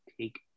take